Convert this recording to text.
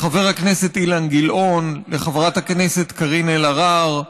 לחבר הכנסת אילן גילאון, לחברת הכנסת קארין אלהרר,